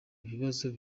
ikibazo